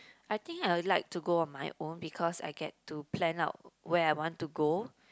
I think I would like to go on my own because I get to plan out where I want to go